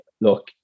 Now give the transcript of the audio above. look